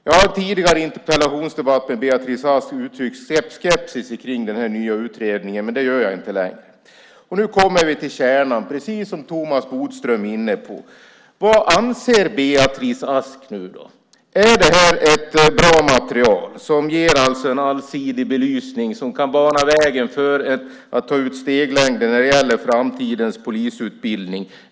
Jag har i tidigare interpellationsdebatter med Beatrice Ask uttryckt skepsis mot den nya utredningen, men det gör jag inte längre. Nu kommer vi till kärnan, precis som Thomas Bodström är inne på. Vad anser Beatrice Ask? Är det här ett bra material som ger en allsidig belysning och som kan bana vägen för att ta ut steglängden när det gäller framtidens polisutbildning?